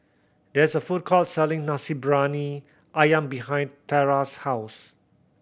there's a food court selling Nasi Briyani Ayam behind Terra's house